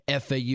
FAU